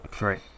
Right